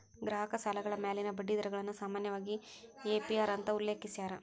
ಗ್ರಾಹಕ ಸಾಲಗಳ ಮ್ಯಾಲಿನ ಬಡ್ಡಿ ದರಗಳನ್ನ ಸಾಮಾನ್ಯವಾಗಿ ಎ.ಪಿ.ಅರ್ ಅಂತ ಉಲ್ಲೇಖಿಸ್ಯಾರ